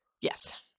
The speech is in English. Yes